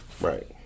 right